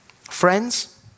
Friends